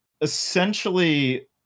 Essentially